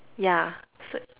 yeah so